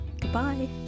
goodbye